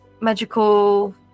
magical